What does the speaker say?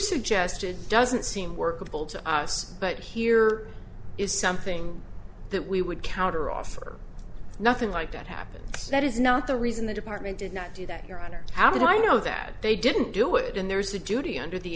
suggested doesn't seem workable to us but here is something that we would counter offer nothing like that happens that is not the reason the department did not do that your honor how do i know that they didn't do it and there's a duty under the